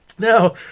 Now